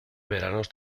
veranos